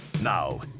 Now